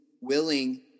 willing